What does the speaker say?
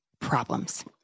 problems